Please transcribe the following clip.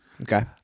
Okay